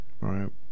Right